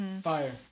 Fire